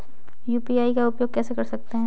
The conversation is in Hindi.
यू.पी.आई का उपयोग कैसे कर सकते हैं?